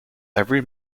every